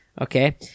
okay